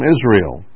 Israel